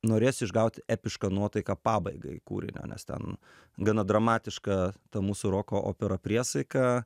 norėsiu išgaut epišką nuotaiką pabaigai kūrinio nes ten gana dramatiška ta mūsų roko opera priesaika